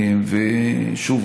ושוב,